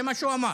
זה מה שהוא אמר.